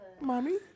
Mommy